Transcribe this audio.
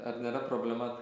ar nėra problema